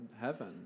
heaven